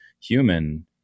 human